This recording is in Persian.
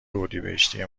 اردیبهشتی